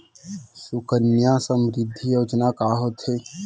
सुकन्या समृद्धि योजना का होथे